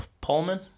Pullman